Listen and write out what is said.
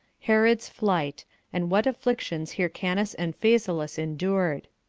herod's flight and what afflictions hyrcanus and phasaelus endured.